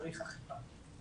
צריך אכיפה.